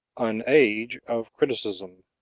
an age of criticism